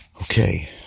Okay